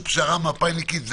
פשרה מפא"יניקית.